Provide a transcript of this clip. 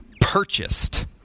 purchased